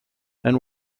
and